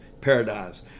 paradise